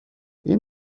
این